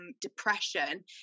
depression